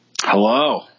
hello